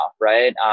right